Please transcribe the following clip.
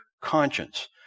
conscience